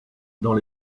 dans